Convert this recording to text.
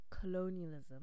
Colonialism